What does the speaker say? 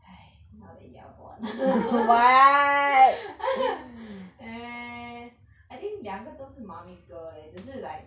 !hais! now that you are born I think 两个都是 mummy's girl leh 只是 like